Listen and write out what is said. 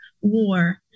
war